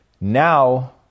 Now